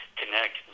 connect